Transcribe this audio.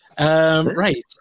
Right